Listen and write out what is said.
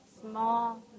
small